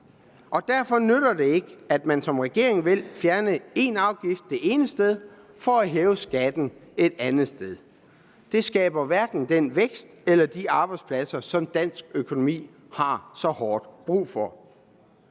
Derfor nytter det ikke, at man, som regeringen vil, fjerner en afgift det ene sted for at hæve skatten et andet sted. Det skaber hverken den vækst eller de arbejdspladser, som dansk økonomi har så hårdt brug for.